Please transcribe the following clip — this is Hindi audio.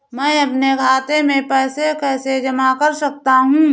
मैं अपने खाते में पैसे कैसे जमा कर सकता हूँ?